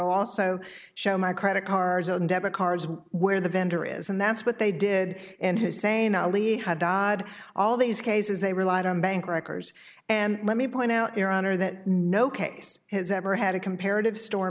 also show my credit cards and debit cards where the vendor is and that's what they did and hussein ali had dodd all these cases they relied on bank wreckers and let me point out your honor that no case has ever had a comparative store